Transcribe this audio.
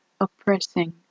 oppressing